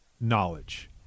knowledge